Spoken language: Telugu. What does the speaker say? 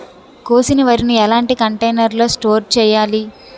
కోసిన వరిని ఎలాంటి కంటైనర్ లో స్టోర్ చెయ్యాలి?